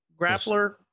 grappler